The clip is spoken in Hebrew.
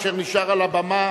אשר נשאר על הבמה